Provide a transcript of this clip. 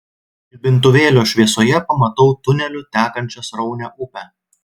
žibintuvėlio šviesoje pamatau tuneliu tekančią sraunią upę